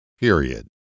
period